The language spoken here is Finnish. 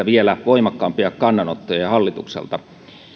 vielä voimakkaampia kannanottoja